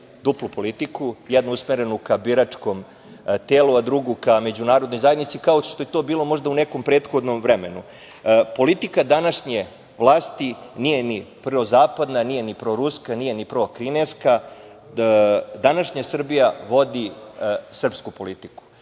duplu politiku, jednu usmerenu ka biračkom telu, a drugu ka međunarodnoj zajednici, kao što je to bilo možda u nekom prethodnom vremenu. Politika današnje vlasti nije ni prozapadna, nije ni proruska, nije ni prokineska, današnja Srbija vodi srpsku politiku. Na